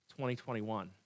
2021